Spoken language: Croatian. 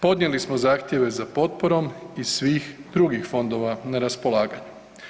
Podnijeli smo zahtjeve za potporom iz svih drugih fondova na raspolaganju.